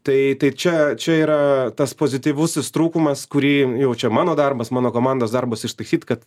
tai tai čia čia yra tas pozityvusis trūkumas kurį jau čia mano darbas mano komandos darbas ištaisyt kad